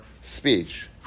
speech